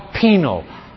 penal